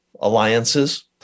alliances